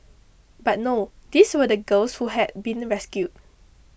but no these were the girls who had been rescued